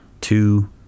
Two